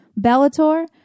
Bellator